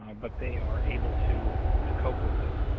um but they are able to to cope with it